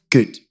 Good